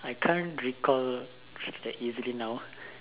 I can't recall that easily now